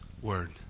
word